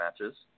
matches